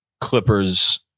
Clippers